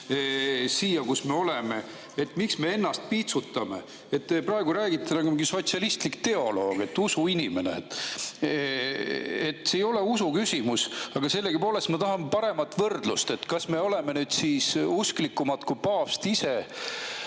siia, kus me oleme. Miks me ennast piitsutame? Te praegu räägite nagu mingi sotsialistlik teoloog, usuinimene. See ei ole usuküsimus. Aga sellegipoolest ma tahan paremat võrdlust. Kas me oleme nüüd usklikumad kui paavst ise